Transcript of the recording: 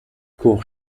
cour